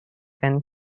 and